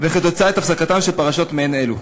וכתוצאה את הפסקתן של פרשות מעין אלה.